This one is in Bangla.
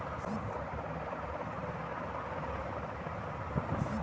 ই কমার্সের মাধ্যমে কিভাবে আমি ফ্লিপকার্ট অ্যামাজন এর সাথে যোগাযোগ স্থাপন করতে পারব?